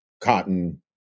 Cotton